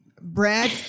Brad